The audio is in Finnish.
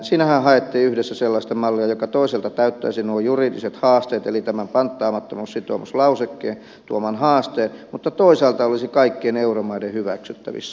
siinähän haettiin yhdessä sellaista mallia joka toisaalta täyttäisi nuo juridiset haasteet eli tämän panttaamattomuussitoumuslausekkeen tuoman haasteen mutta toisaalta olisi kaikkien euromaiden hyväksyttävissä